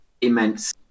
immense